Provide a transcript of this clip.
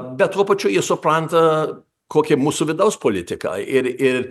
bet tuo pačiu jis supranta kokia mūsų vidaus politiką ir ir